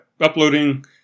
uploading